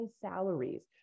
salaries